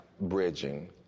bridging